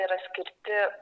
yra skirti